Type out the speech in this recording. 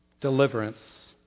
deliverance